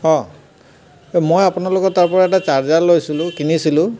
অঁ মই আপোনালোকৰ তাৰপৰা এটা চাৰ্জাৰ লৈছিলোঁ কিনিছিলোঁ